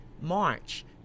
March